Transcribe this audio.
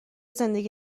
زندگی